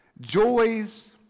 joys